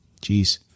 Jeez